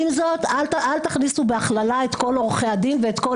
עם זאת אל תכלילו את כל עורכי הדין, את כל